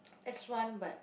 X one but